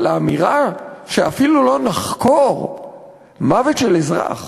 אבל האמירה שאפילו לא נחקור מוות של אזרח